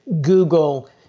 Google